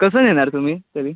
कसं नेणार तुम्ही तरी